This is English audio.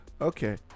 okay